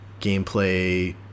gameplay